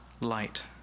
light